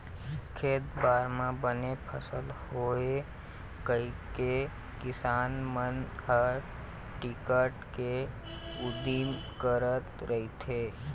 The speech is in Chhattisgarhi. खेत खार म बने फसल होवय कहिके किसान मन ह बिकट के उदिम करत रहिथे